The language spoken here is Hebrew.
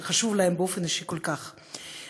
שחשוב להם כל כך באופן אישי.